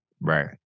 Right